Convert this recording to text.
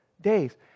days